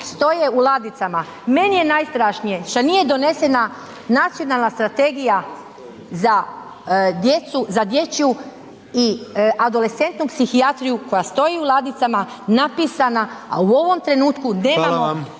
stoje u ladicama, meni je najstrašnije što nije donesena nacionalna strategija za djecu, za dječju i adolescentnu psihijatriju koja stoji u ladicama napisana, a u ovom trenutku …/Upadica: